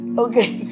okay